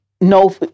No